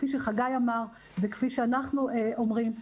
כפי שחגי אמר וכפי שאנחנו אומרים,